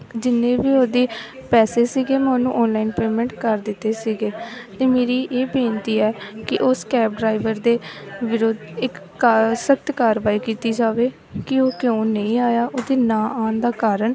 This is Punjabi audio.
ਜਿੰਨੇ ਵੀ ਉਹਦੀ ਪੈਸੇ ਸੀਗੇ ਮੈਂ ਉਹਨੂੰ ਔਨਲਾਈਨ ਪੇਮੈਂਟ ਕਰ ਦਿੱਤੇ ਸੀਗੇ ਅਤੇ ਮੇਰੀ ਇਹ ਬੇਨਤੀ ਹੈ ਕਿ ਉਸ ਕੈਬ ਡਰਾਈਵਰ ਦੇ ਵਿਰੁੱਧ ਇੱਕ ਕਾ ਸਖ਼ਤ ਕਾਰਵਾਈ ਕੀਤੀ ਜਾਵੇੇ ਕਿ ਉਹ ਕਿਉਂ ਨਹੀਂ ਆਇਆ ਉਹਦੇ ਨਾ ਆਉਣ ਦਾ ਕਾਰਨ